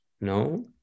no